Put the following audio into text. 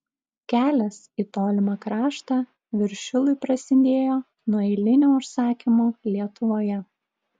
kelias į tolimą kraštą viršilui prasidėjo nuo eilinio užsakymo lietuvoje